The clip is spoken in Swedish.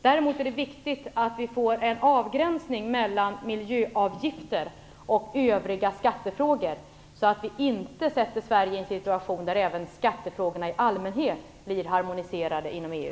Däremot är det viktigt att vi får en avgränsning mellan miljöavgifter och övriga skattefrågor så att vi inte sätter Sverige i en situation där även skattefrågorna i allmänhet blir harmoniserade inom EU.